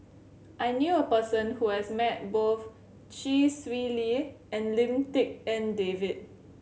I knew a person who has met both Chee Swee Lee and Lim Tik En David